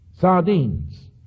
sardines